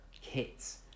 Kits